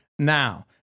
Now